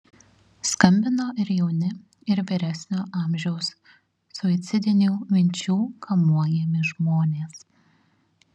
skambino ir jauni ir vyresnio amžiaus suicidinių minčių kamuojami žmonės